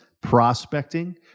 prospecting